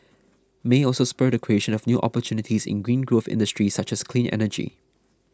may also spur the creation of new opportunities in green growth industries such as clean energy